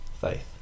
faith